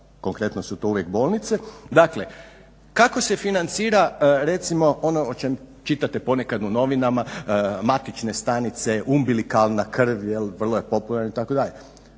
konkretno su to uvijek bolnice. Dakle kako se financira recimo ono o čem čitate ponekad u novinama, matične stanice, umbilikalna krv vrlo je popularna itd. dakle